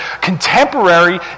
contemporary